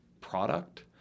product